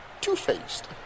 two-faced